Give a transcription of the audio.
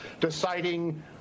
deciding